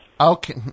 Okay